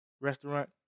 restaurant